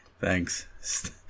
Thanks